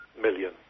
million